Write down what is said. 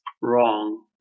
wrong